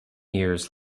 years